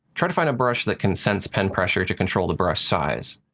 try to find a brush that can sense pen pressure to control the brush size.